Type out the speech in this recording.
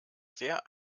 sehr